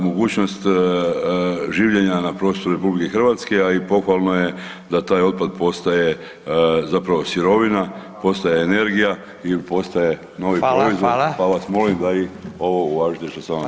Mogućnost življenja na prostoru RH, a i pohvalno je da taj otpad postaje zapravo sirovina, postaje energija i postaje novi proizvod, pa vas molim da i ovo uvažite što sam vam dao